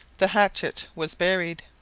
the hatchet was buried.